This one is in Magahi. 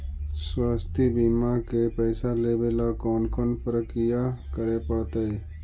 स्वास्थी बिमा के पैसा लेबे ल कोन कोन परकिया करे पड़तै?